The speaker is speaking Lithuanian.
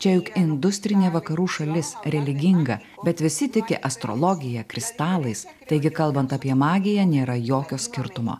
čia juk industrinė vakarų šalis religinga bet visi tiki astrologija kristalais taigi kalbant apie magiją nėra jokio skirtumo